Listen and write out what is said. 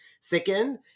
Second